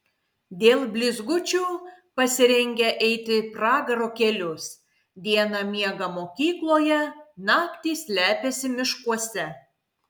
dėl blizgučių pasirengę eiti pragaro kelius dieną miega mokykloje naktį slepiasi miškuose